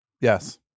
Yes